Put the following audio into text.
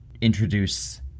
introduce